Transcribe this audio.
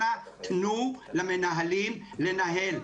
אנא תנו למנהלים לנהל.